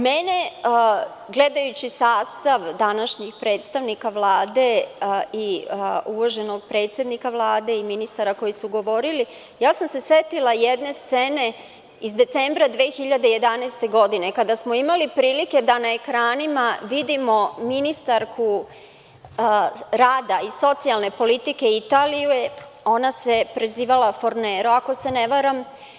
Mene, gledajući sastav današnjih predstavnika Vlade i uvaženog predsednika Vlade i ministara koji su govorili, ja sam se setila jedne scene iz decembra 2011. godine, kada smo imali prilike da na ekranima vidimo ministarku rada iz socijalne politike Italije, ona se prezivala Fornero, ako se ne varam.